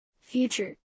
Future